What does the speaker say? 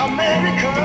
America